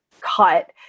cut